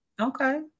Okay